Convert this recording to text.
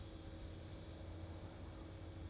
err 那个也是 flavoured milk [what]